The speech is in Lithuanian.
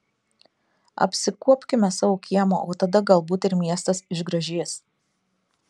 apsikuopkime savo kiemą o tada galbūt ir miestas išgražės